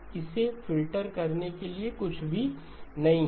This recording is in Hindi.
इसे फ़िल्टर करने के लिए कुछ भी नहीं है